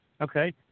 Okay